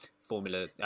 Formula